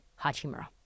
Hachimura